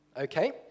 okay